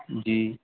جی